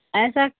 ایسا